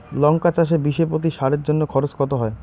লঙ্কা চাষে বিষে প্রতি সারের জন্য খরচ কত হয়?